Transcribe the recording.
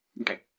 Okay